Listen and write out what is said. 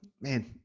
man